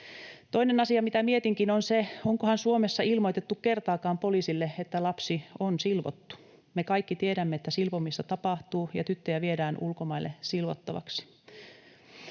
Toinen asia, mitä mietin, onkin se, onkohan Suomessa ilmoitettu kertaakaan poliisille, että lapsi on silvottu. Me kaikki tiedämme, että silpomista tapahtuu ja tyttöjä viedään ulkomaille silvottavaksi.